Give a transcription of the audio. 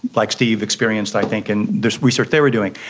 like steve experienced i think in the research they were doing.